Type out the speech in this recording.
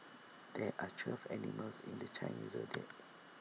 there are twelve animals in the Chinese Zodiac